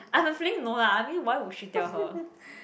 I have a feeling no lah I mean why would she tell her